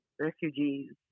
refugees